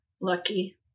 Lucky